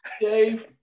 Dave